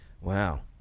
Wow